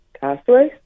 Castaway